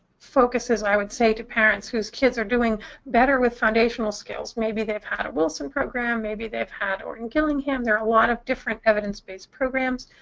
focuses, i would say, to parents whose kids are doing better with foundational skills maybe they've had a wilson program, maybe they've had orton-gillingham there are a lot of different evidence-based programs